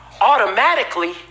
Automatically